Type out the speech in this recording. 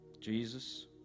Jesus